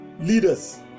leaders